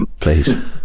please